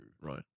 Right